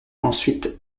ensuite